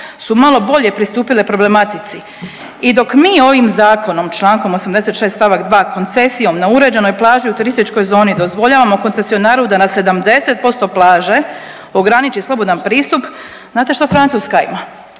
su malo bolje pristupile problematici. I dok mi ovim zakonom Člankom 86. stavak 2. koncesijom na uređenoj plažu u turističkoj zoni dozvoljavamo koncesionaru da na 70% plaže ograniči slobodan pristup, znate što Francuska ima.